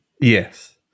Yes